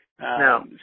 No